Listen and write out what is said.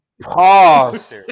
pause